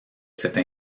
cette